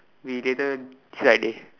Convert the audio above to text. we didn't decide dey